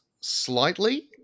slightly